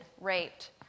raped